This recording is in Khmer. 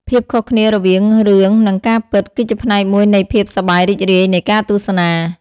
ភាពខុសគ្នារវាងរឿងនិងការពិតគឺជាផ្នែកមួយនៃភាពសប្បាយរីករាយនៃការទស្សនា។